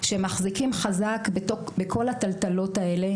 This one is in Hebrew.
שמחזיקים חזק בכל הטלטלות האלה.